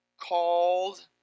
called